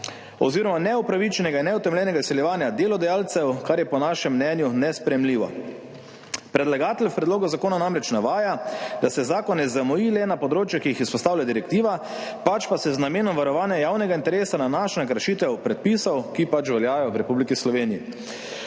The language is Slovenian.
oziroma neupravičenega in neutemeljenega izsiljevanja delodajalcev, kar je po našem mnenju nesprejemljivo. Predlagatelj v predlogu zakona namreč navaja, da se zakon ne zameji le na področja, ki jih izpostavlja direktiva, pač pa se z namenom varovanja javnega interesa nanaša na kršitev predpisov, ki veljajo v Republiki Sloveniji,